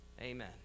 Amen